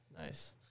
Nice